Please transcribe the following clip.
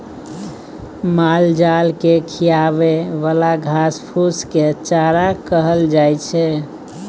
मालजाल केँ खिआबे बला घास फुस केँ चारा कहल जाइ छै